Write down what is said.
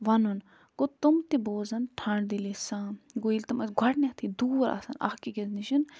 وَنُن گوٚو تِم تہِ بوزَن ٹھنٛڈ دلی سان گوٚو ییٚلہِ تِم أسۍ گۄڈٕنٮ۪تھٕے دوٗر آسَن اَکھ أکِس نِش